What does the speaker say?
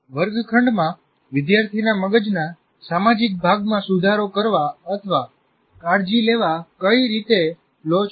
વર્ગખંડમાં વિદ્યાર્થીના મગજના સામાજિક ભાગમાં સુધારો કરવા અથવા કાળજી લેવા કઈ રીતે લો છો